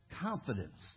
confidence